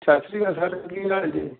ਸਤਿ ਸ਼੍ਰੀ ਅਕਾਲ ਸਰ ਕੀ ਹਾਲ ਜੀ